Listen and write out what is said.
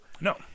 No